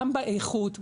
גם באיכות,